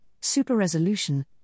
super-resolution